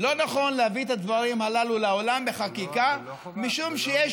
לא נכון להביא את הדברים הללו לעולם בחקיקה משום שיש